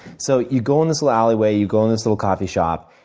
so you go in this little alleyway, you go in this little coffee shop.